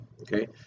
okay